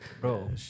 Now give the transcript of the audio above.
Bro